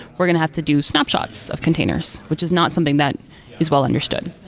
we're going to have to do snapshots of containers, which is not something that is well understood.